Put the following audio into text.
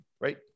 right